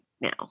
now